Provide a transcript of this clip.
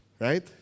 Right